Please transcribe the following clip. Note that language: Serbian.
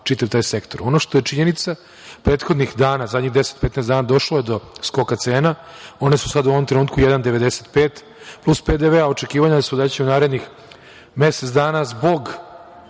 čitav taj sektor. Ono što je činjenica prethodnih dana, zadnjih 10-15 dana, došlo je do skoka cena i one su sada u ovom trenutku 1,95 plus PDV i očekivanja su da će u narednih mesec dana zbog